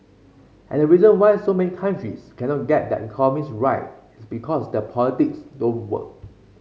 and the reason why so many countries cannot get their economies right it's because their politics don't work